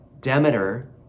demeter